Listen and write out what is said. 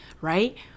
right